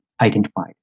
identified